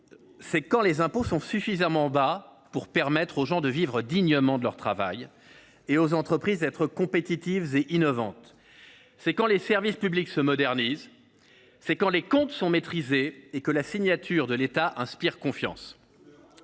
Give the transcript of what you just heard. c’est quand les impôts sont suffisamment bas pour permettre aux gens de vivre dignement de leur travail et aux entreprises d’être compétitives et innovantes. C’est quand les services publics se modernisent. C’est quand les comptes sont maîtrisés et que la signature de l’État inspire confiance.